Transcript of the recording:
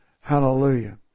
Hallelujah